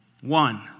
One